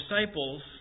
disciples